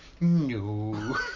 No